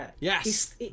yes